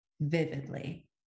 vividly